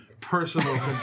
personal